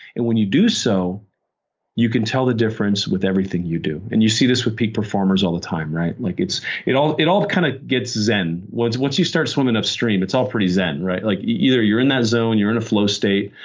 and when you do so you can tell the difference with everything you do. and you see this with peak performers all the time, right? like it all it all kind of gets zen. once once you start swimming upstream it's all pretty zen. like either you're in that zone, you're in a flow state,